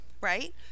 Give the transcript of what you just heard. Right